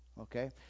Okay